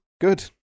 good